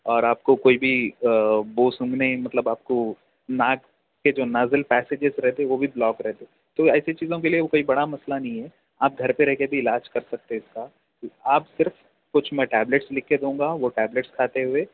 اور آپ کو کوئی بھی بو سونگھنے مطلب آپ کو ناک کے جو نازل پیسیجز رہتے وہ بھی بلاک رہتے تو ایسی چیزوں کے لیے وہ کوئی بڑا مسئلہ نہیں ہے آپ گھر پہ رہ کے بھی علاج کر سکتے اس کا آپ صرف کچھ میں ٹیبلیٹس لکھ کے دوں گا وہ ٹیبلیٹس کھاتے ہوئے